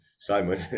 Simon